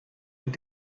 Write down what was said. und